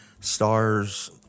stars